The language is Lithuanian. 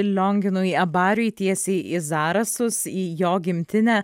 lionginui abariui tiesiai į zarasus į jo gimtinę